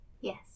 Yes